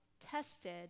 tested